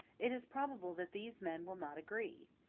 it is probable that these men will not agree.